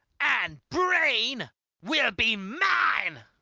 and brain will be mine!